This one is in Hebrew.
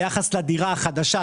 ביחס לדירה החדשה,